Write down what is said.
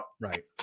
Right